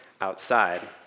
outside